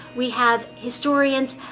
we have historians,